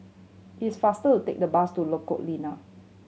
it's faster to take the bus to Lengkok Lima